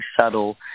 subtle